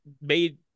made